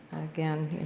again,